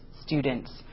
students